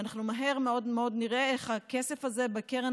ואנחנו מהר מאוד מאוד נראה איך הכסף הזה בקרן